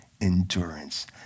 endurance